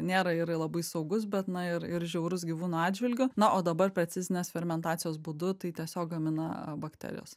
nėra ir ir labai saugus bet na ir ir žiaurus gyvūnų atžvilgiu na o dabar precizinės fermentacijos būdu tai tiesiog gamina bakterijos